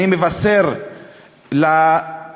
אני מבשר למאות-אלפים,